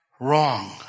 wrong